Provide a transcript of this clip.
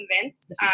convinced